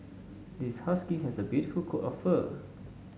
this husky has a beautiful coat of fur